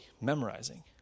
memorizing